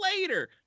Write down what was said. later